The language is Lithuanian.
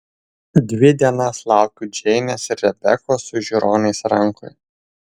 dvi dienas laukiu džeinės ir rebekos su žiūronais rankoje